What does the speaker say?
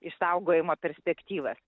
išsaugojimo perspektyvą